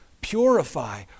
purify